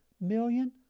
million